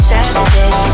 Saturday